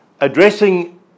addressing